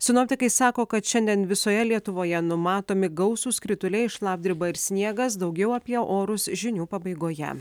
sinoptikai sako kad šiandien visoje lietuvoje numatomi gausūs krituliai šlapdriba ir sniegas daugiau apie orus žinių pabaigoje